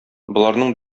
боларның